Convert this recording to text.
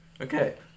Okay